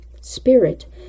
spirit